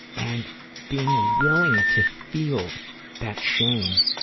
and being willing to feel that shame